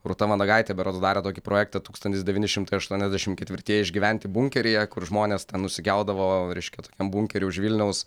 rūta vanagaitė berods darė tokį projektą tūkstantis devyni šimtai aštuoniasdešimt ketvirtieji išgyventi bunkeryje kur žmonės nusikeldavo reiškia tokiam bunkery už vilniaus